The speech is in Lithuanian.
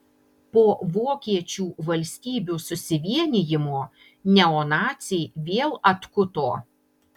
po vokiečių valstybių susivienijimo neonaciai vėl atkuto